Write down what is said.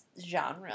genre